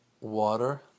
water